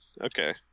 Okay